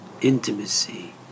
intimacy